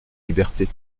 libertés